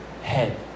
head